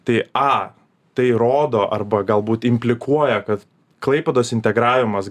tai a tai rodo arba galbūt implikuoja kad klaipėdos integravimas